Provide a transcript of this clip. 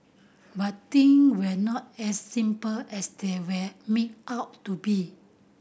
but thing were not as simple as they were made out to be